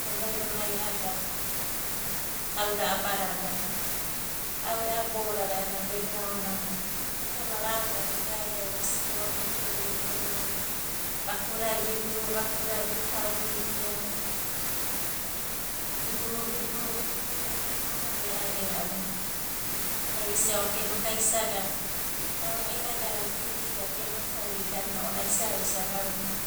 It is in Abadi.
Vemai vema a'a auda abadadai. Aduda a'ada boudadai a'ana veina aonanai. Igana r'ava a'a auda vigaida visio, viguru, vinau, vakuda viviu vakuda vikauridia, viguru viguru viguru vegano ve raviravi, ai visia okei inoku ai isagana. Da ogu aidagada, geigeigada gema kauriga a'ana ounanai ai isaga rumana.